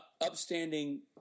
upstanding